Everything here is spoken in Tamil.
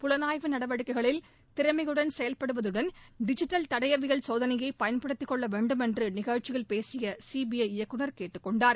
புலனாய்வு நடவடிக்கைகளில் திறமையுடன் செயல்படுவதுடன் டிஜிட்டல் தடையவியல் சோதனையை பயன்படுத்திக்கொள்ள வேண்டுமென்று நிகழ்ச்சியில் பேசிய சி பி ஐ இயக்குநர் கேட்டுக்கொண்டார்